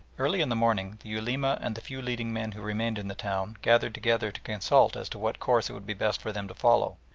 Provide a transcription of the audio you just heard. early in the morning the ulema and the few leading men who remained in the town gathered together to consult as to what course it would be best for them to follow.